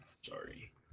sorry